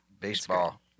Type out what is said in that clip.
baseball